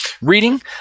reading